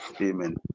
Amen